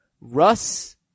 Russ